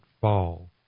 fall